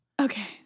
Okay